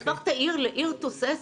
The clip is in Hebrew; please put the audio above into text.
זה הופך את העיר לעיר תוססת.